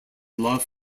love